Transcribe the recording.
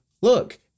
look